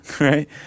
Right